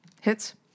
Hits